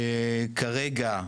כרגע,